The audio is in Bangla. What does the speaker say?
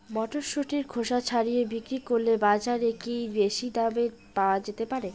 মটরশুটির খোসা ছাড়িয়ে বিক্রি করলে বাজারে কী বেশী দাম পাওয়া যেতে পারে?